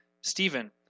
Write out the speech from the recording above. Stephen